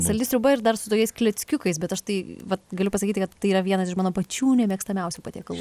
saldi sriuba ir dar su tokiais kleckiukais bet aš tai vat galiu pasakyti kad tai yra vienas iš mano pačių nemėgstamiausių patiekalų